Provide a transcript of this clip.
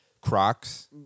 Crocs